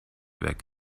weg